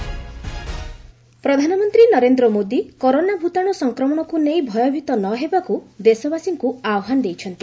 novel corona ପ୍ରଧାନମନ୍ତ୍ରୀ Narendra Modi corona ଭୂତାଣୁ ସଂକ୍ରମଣକୁ ନେଇ ଭୟଭୀତ ନ ହେବାକୁ ଦେଶବାସୀଙ୍କୁ ଆହ୍ବାନ ଦେଇଛନ୍ତି